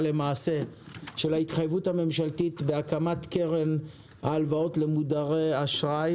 למעשה של ההתחייבות הממשלתית בהקמת קרן ההלוואות למודרי האשראי,